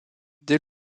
dès